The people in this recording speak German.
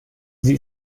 sie